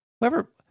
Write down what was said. whoever